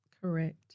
Correct